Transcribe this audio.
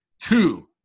Two